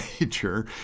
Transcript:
nature